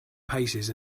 paces